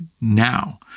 now